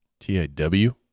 T-A-W